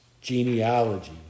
genealogy